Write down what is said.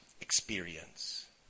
experience